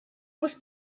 mhux